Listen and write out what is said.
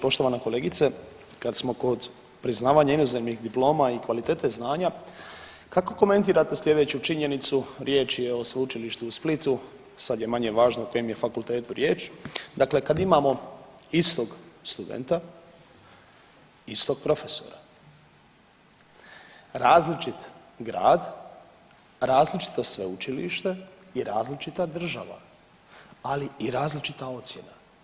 Poštovana kolegice, kad smo kod priznavanja inozemnih diploma i kvalitete znanja kako komentirate slijedeću činjenicu, riječ je o Sveučilište u Splitu, sad je manje važno o kojem je fakultetu riječ, dakle kad imamo istog studenta, istog profesora, različit grad, različito sveučilište i različita država, ali i različita ocjena.